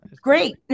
Great